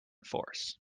force